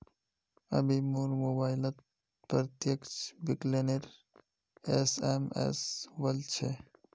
अभी मोर मोबाइलत प्रत्यक्ष विकलनेर एस.एम.एस वल छ